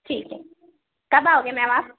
ٹھیک ہے کب آؤ گے میم آپ